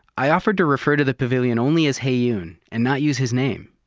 i offered to refer to the pavilion only as heyoon and not use his name,